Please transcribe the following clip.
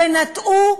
ונטעו,